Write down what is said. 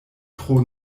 tro